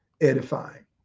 edifying